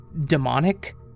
demonic